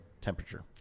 temperature